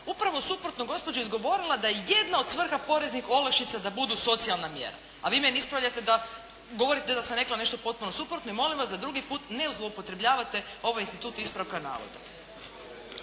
upravo suprotno gospođo izgovorila da je jedna od svrha poreznih olakšica da budu socijalna mjera, a vi mene ispravljate da, govorite da sam rekla nešto potpuno suprotno. I molim vas da drugi put ne zloupotrebljavate ovaj institut ispravka navoda.